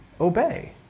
obey